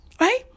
Right